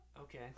Okay